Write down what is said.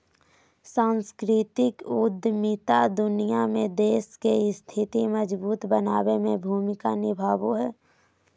सांस्कृतिक उद्यमिता दुनिया में देश के स्थिति मजबूत बनाबे में भूमिका निभाबो हय